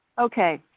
okay